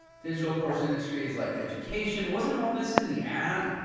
digital course industries like education. wasn't all this in the ad?